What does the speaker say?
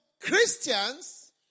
Christians